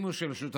אם הוא של שותפים,